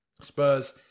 Spurs